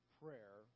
prayer